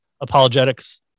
apologetics